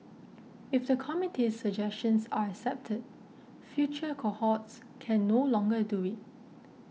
if the committee's suggestions are accepted future cohorts can no longer do it